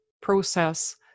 process